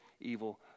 evil